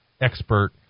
expert